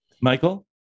michael